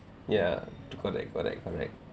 ya correct correct correct